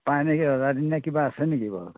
পায় নেকি ৰজাদিনীয়া কিবা আছে নেকি বাৰু